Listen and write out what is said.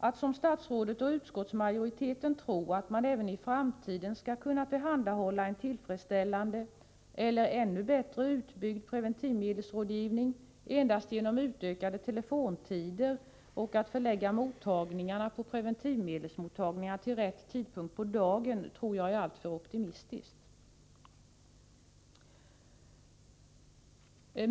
Att som statsrådet och utskottsmajoriteten tro att man även i framtiden skulle kunna tillhandahålla en tillfredsställande eller ännu bättre utbyggd preventivmedelsrådgivning genom utökade telefontider och genom att förlägga mottagningarna på preventivmedelsmottagningarna till rätt tidpunkt på dagen — det tror jag är alltför optimistiskt.